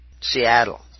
Seattle